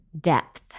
depth